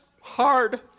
hard